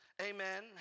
amen